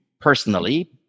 personally